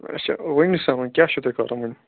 اچھا ؤنِو سا وۄنۍ کیٛاہ چھُو تۄہہِ کَرُن وۄنۍ